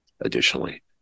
Additionally